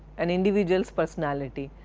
an individual's personality.